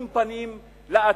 עם פנים לעתיד,